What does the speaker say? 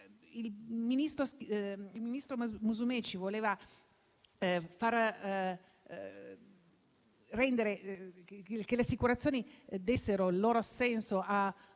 il ministro Musumeci voleva che le assicurazioni dessero il loro assenso a